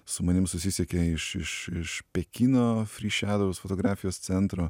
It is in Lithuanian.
su manim susisiekė iš iš iš pekino fry šedous fotografijos centro